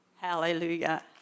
hallelujah